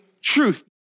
truth